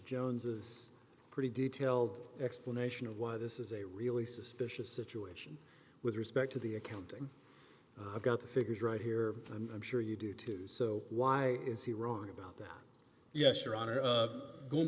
jones is pretty detailed explanation of why this is a really suspicious situation with respect to the accounting i've got the figures right here and i'm sure you do too so why is he wrong about that yes your honor going